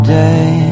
day